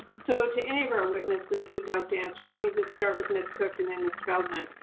so, to any of our witnesses who'd like to answer, let me just start with ms. cook and then ms. feldman,